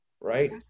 right